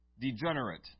degenerate